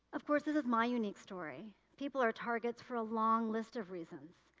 of course, this is my unique story. people are targets for a long list of reasons,